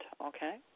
okay